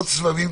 להניח,